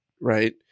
right